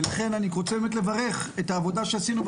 ולכן אני רוצה באמת לברך את העבודה שעשינו.